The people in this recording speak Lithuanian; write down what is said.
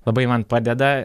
labai man padeda